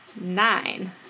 Nine